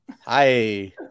hi